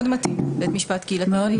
בית משפט קהילתי מאוד מתאים.